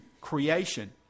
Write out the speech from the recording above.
creation